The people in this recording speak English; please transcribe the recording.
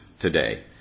today